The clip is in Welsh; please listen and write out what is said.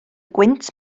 gwynt